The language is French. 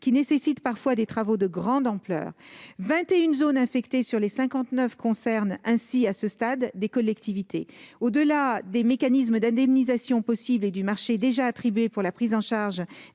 et nécessitent parfois des travaux de grande ampleur. Ainsi, vingt et une zones infectées sur les cinquante-neuf concernent à ce stade des collectivités. Au-delà des mécanismes d'indemnisation possibles et du marché déjà attribué pour la prise en charge